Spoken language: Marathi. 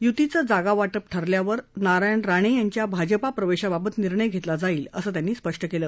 यूतीचं जागावाटप ठरल्यावर नारायण राणे यांच्याभाजपा प्रवेशाबाबत निर्णय घेतला जाईल असं त्यांनी स्पष्ट केलं